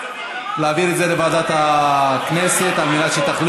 צבאית משמעותית) לוועדה שתקבע ועדת הכנסת נתקבלה.